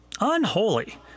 Unholy